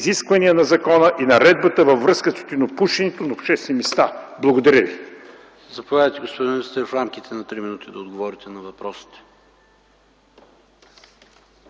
изисквания на закона и наредбата във връзка с тютюнопушенето на обществени места? Благодаря ви.